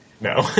No